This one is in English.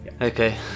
okay